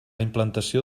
implantació